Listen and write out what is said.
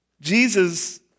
Jesus